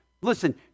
Listen